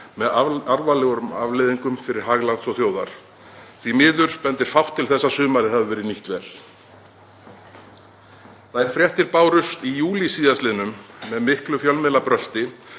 með alvarlegum afleiðingum fyrir hag lands og þjóðar. Því miður bendir fátt til þess að sumarið hafi verið nýtt vel. Þær fréttir bárust í júlí síðastliðnum, með miklu fjölmiðlabrölti,